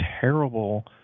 terrible